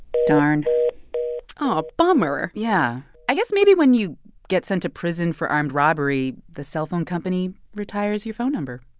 darn oh, bummer yeah i guess maybe when you get sent to prison for armed robbery, the cellphone company retires your phone number